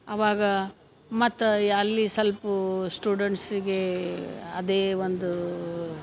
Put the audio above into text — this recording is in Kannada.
ಅವಾಗ ಮತ್ತು ಯಾ ಅಲ್ಲಿ ಸ್ವಲ್ಪ ಸ್ಟುಡೆಂಟ್ಸಿಗೆ ಅದೇ ಒಂದು